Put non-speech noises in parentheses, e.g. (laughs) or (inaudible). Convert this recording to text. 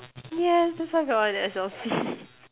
yeah that's why we're on S_L_C (laughs)